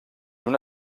una